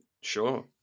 Sure